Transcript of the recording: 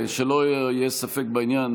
שלא יהיה ספק בעניין,